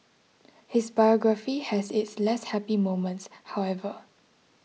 his biography has its less happy moments however